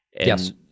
Yes